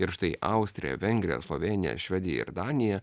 ir štai austrija vengrija slovėnija švedija ir danija